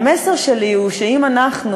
והמסר שלי הוא שאם אנחנו,